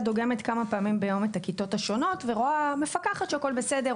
דוגמת כמה פעמים ביום את הכיתות השונות ומפקחת שהכול בסדר,